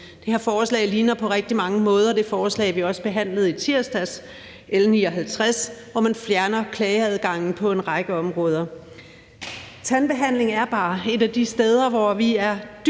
Det her forslag ligner på rigtig mange måder det forslag, vi behandlede i tirsdags, L 59, hvor man fjerner klageadgangen på en række områder. Tandbehandling er bare et af de steder, hvor vi er dybt,